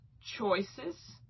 choices